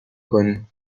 کنیم